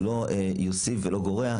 זה לא יוסיף ולא גורע.